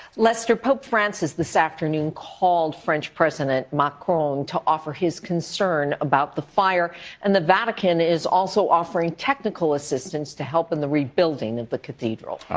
lester, pope francis this afternoon called french president macron to offer his concern about the fire and the vatican is also offering technical assistance to help in the rebuilding of the cathedral.